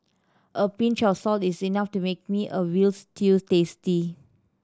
a pinch of salt is enough to make me a veal stew tasty